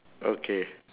okay